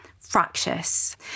fractious